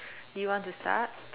do you want to start